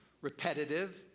Repetitive